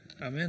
Amen